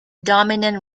dominant